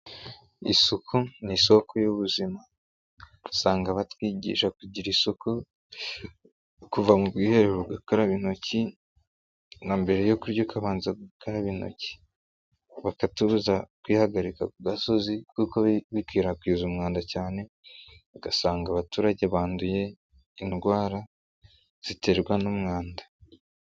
Isuku ni isoko y'ubuzima. Usanga batwigisha kugira isuku, kuva mu bwiherero ugakaraba intoki, na mbere yo kurya ukabanza gukaraba intoki. Bakatubuza kwihagarika ku gasozi, kuko bikwirakwiza umwanda cyane, ugasanga abaturage banduye indwara ziterwa n'umwanda.